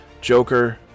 joker